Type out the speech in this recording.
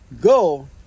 Go